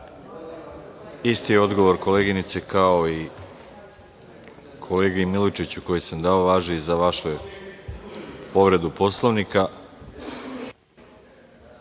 Isti odgovor koleginice kao i kolegi Milojičiću koji sam dao važi i za vašu povredu Poslovnika. Kolega